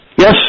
Yes